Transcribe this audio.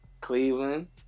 Cleveland